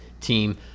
team